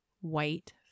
white